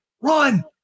run